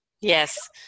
Yes